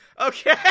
Okay